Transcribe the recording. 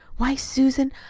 why, susan,